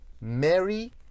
mary